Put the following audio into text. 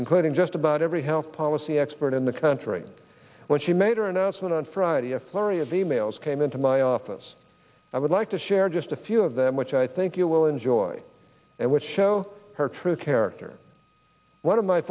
including just about every health policy expert in the country when she made her announcement on friday a flurry of e mails came into my office i would like to share just a few of them which i think you will enjoy and which show her true character one of my